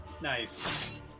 Nice